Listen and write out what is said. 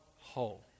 whole